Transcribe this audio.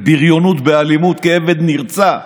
בבריונות, באלימות, כעבד נרצע.